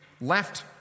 left